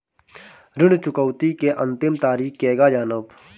ऋण चुकौती के अंतिम तारीख केगा जानब?